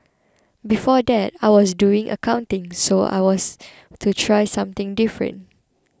before that I was doing accounting so I want to try something different